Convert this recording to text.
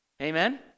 Amen